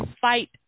fight